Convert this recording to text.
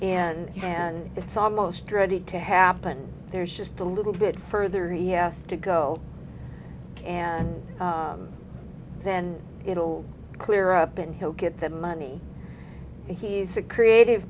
and and it's almost ready to happen there's just a little bit further he asked to go and then it'll clear up and he'll get that money he's a creative